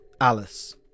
Alice